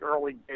early